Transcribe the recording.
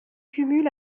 cumule